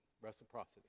reciprocity